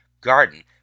garden